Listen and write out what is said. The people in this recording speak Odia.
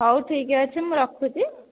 ହଉ ଠିକ ଅଛି ମୁଁ ରଖୁଛି